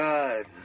God